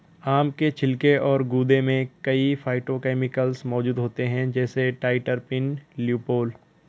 आम के छिलके और गूदे में कई फाइटोकेमिकल्स मौजूद होते हैं, जैसे ट्राइटरपीन, ल्यूपोल